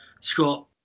Scott